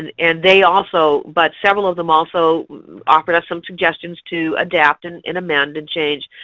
and and they also, but several of them also offered us some suggestions to adapt and and amend and change.